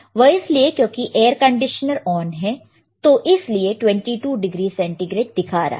वह इसलिए क्योंकि एयर कंडीशनर ऑन है तो इसलिए वह 22 डिग्री सेंटीग्रेड दिखा रहा है